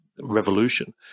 revolution